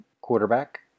quarterback